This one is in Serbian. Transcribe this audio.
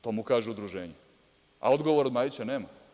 To mu kaže udruženje, a odgovor Majiću nema.